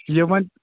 یہِ وَن